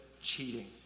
cheating